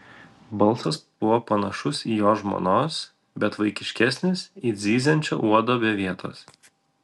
balsas buvo panašus į jo žmonos bet vaikiškesnis it zyziančio uodo be vietos